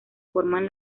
forman